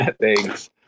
Thanks